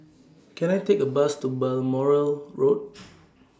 Can I Take A Bus to Balmoral Road